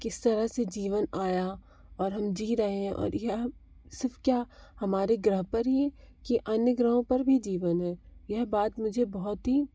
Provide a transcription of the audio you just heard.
किस तरह से जीवन आया और हम जी रहे हैं और यह सिर्फ क्या हमारे ग्रह पर ही कि अन्य ग्रहों पर भी जीवन है यह बात मुझे बहुत ही